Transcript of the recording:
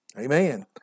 Amen